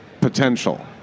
potential